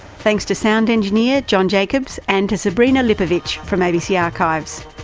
thanks to sound engineer john jacobs, and to sabrina lipovic from abc archives.